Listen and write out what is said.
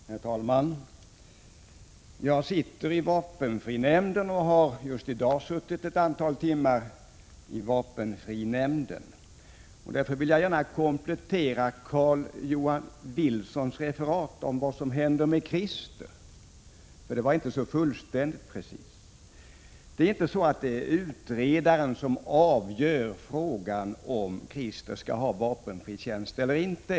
Herr talman! Jag sitter med i vapenfrinämnden som just i dag har haft ett antal timmars sammanträde. Därför vill jag gärna komplettera Carl-Johan Wilsons referat om vad som händer med Krister, för det var inte någon fullständig redogörelse. Det är inte så att utredaren avgör om Krister skall ha vapenfri tjänst eller inte.